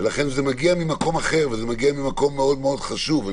ולכן זה מגיע ממקום אחר וזה מגיע ממקום מאוד מאוד חשוב.